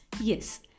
Yes